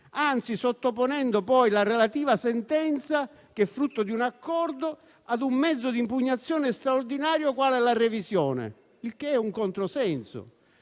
anzi sottoponendo poi la relativa sentenza, che è frutto di un accordo, ad un mezzo di impugnazione straordinario qual è la revisione, il che è un controsenso.